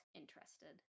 interested